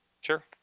Sure